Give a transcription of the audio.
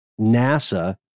NASA